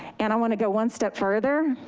and i want to go one step further.